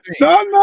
No